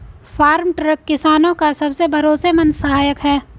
farm truck किसानो का सबसे भरोसेमंद सहायक है